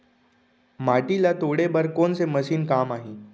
माटी ल तोड़े बर कोन से मशीन काम आही?